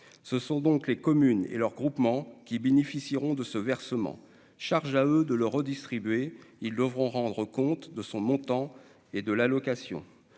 ce sont donc les communes et leurs groupements qui bénéficieront de ce versement, charge à eux de le redistribuer, ils devront rendre compte de son montant, et de l'allocation